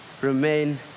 remain